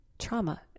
trauma